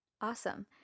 Awesome